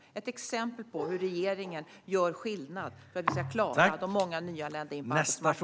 Det är ett exempel på hur regeringen gör skillnad för att vi ska klara av att få in de många nyanlända på arbetsmarknaden.